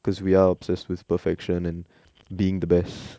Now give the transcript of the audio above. cause we are obsessed with perfection and being the best